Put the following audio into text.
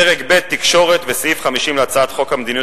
פרק ב' תקשורת וסעיף 50 להצעת חוק המדיניות